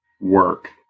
work